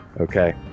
Okay